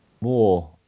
more